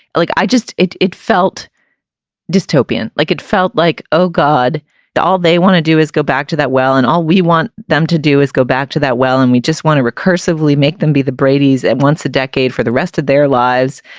like i just it it felt dystopian like it felt like oh god all they want to do is go back to that well and all we want them to do is go back to that well and we just want to recursively make them be the bradys at once a decade for the rest of their lives.